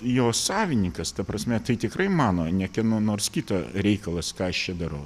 jo savininkas ta prasme tai tikrai mano ne kieno nors kito reikalas ką aš čia darau